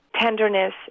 Tenderness